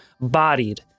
bodied